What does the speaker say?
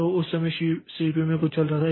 तो उस समय सीपीयू में कुछ चल रहा था